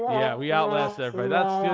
yeah, we outlast everybody. yeah,